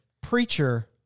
preacher